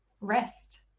Rest